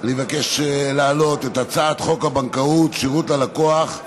אני מבקש להעלות את הצעת חוק הבנקאות (שירות ללקוח)